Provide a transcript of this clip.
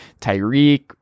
Tyreek